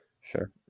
sure